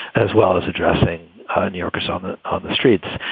as well as addressing new yorkers on and ah the streets.